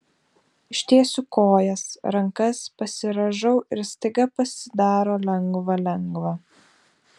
ištiesiu kojas rankas pasirąžau ir staiga pasidaro lengva lengva